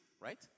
right